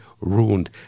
ruined